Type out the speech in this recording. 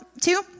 Two